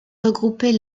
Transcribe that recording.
regrouper